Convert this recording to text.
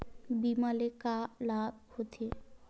बीमा ले का लाभ होथे?